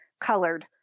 colored